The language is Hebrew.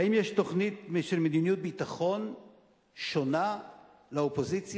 האם יש תוכנית של מדיניות ביטחון שונה לאופוזיציה?